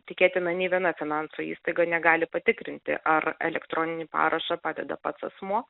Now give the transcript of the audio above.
tikėtina nei viena finansų įstaiga negali patikrinti ar elektroninį parašą padeda pats asmuo